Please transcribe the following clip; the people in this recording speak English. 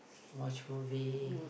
watch movie